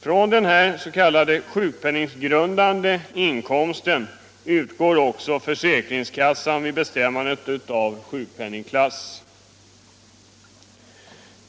Från den s.k. sjukpenninggrundande inkomsten utgår också försäkringskassan vid bestämmandet av sjukpenningklass.